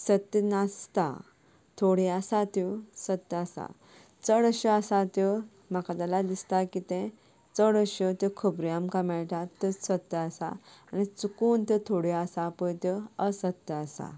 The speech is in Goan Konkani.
सत्य नासता थोड्यो आसा त्यो सत आसा चडश्यो आसा त्यो म्हाका जाल्या दिसता की तें चडश्यो त्यो खबरो आमकां मेळटात त्यो सत आसा आनी चुकून त्यो थोड्यो आसा पळय त्यो असत्य आसा